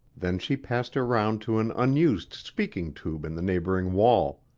then she passed around to an unused speaking tube in the neighboring wall.